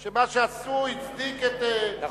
הוא אומר שמה שעשו, הצדיק את, נכון.